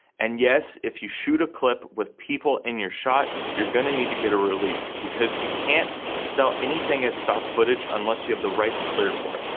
and yes, if you shoot a clip with people in your shot, you're gonna need to get a release, because you can't sell anything as stock footage unless you have the rights cleared for it.